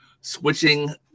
switching